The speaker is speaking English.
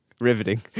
Riveting